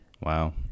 Wow